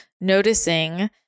noticing